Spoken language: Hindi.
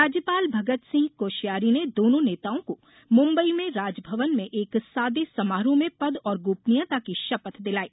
राज्यपाल भगत सिंह कोश्यारी ने दोनों नेताओं को मुम्बई में राजभवन में एक सादे समारोह में पद और गोपनीयता की शपथ दिलाई